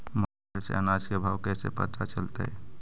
Mobile से अनाज के भाव कैसे पता चलतै?